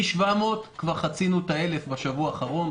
מ-700 כבר חצינו את ה-1,000 בשבוע האחרון,